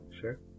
sure